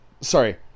sorry